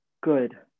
good